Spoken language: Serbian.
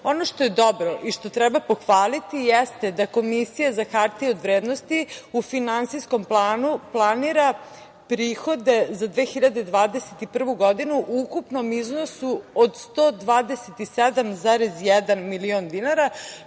što je dobro i što treba pohvaliti jeste da Komisija za hartije od vrednosti u finansijskom planu planira prihode za 2021. godinu u ukupnom iznosu od 127,1 milion dinara